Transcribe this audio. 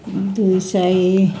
दुई सय